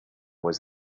was